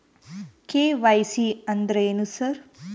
KYC ಅಂದ್ರೇನು sir?